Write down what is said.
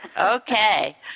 Okay